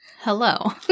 hello